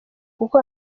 kuko